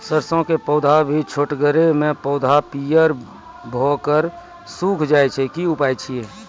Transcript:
सरसों के पौधा भी छोटगरे मे पौधा पीयर भो कऽ सूख जाय छै, की उपाय छियै?